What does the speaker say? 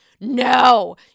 no